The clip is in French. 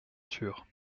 sûr